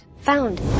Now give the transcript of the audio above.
Found